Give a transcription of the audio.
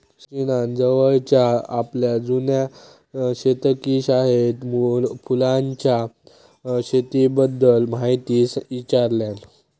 सचिनान जवळच्याच आपल्या जुन्या शेतकी शाळेत फुलांच्या शेतीबद्दल म्हायती ईचारल्यान